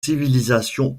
civilisations